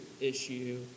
issue